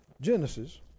Genesis